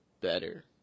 better